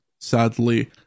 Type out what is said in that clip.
sadly